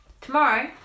Tomorrow